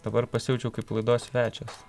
dabar pasijaučiau kaip laidos svečias